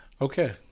Okay